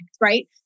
Right